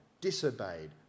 disobeyed